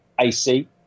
AC